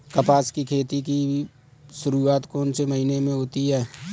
कपास की खेती की शुरुआत कौन से महीने से होती है?